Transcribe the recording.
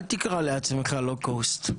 אל תקרא לעצמך לואו קוסט.